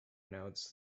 notes